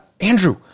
Andrew